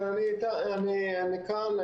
כן, אני כאן.